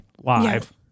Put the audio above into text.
live